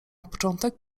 początek